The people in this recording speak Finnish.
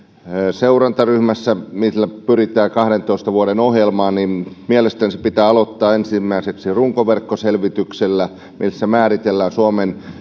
seurantaryhmässä millä pyritään kahdentoista vuoden ohjelmaan mielestäni sen pitää aloittaa ensimmäiseksi runkoverkkoselvityksellä missä määritellään suomen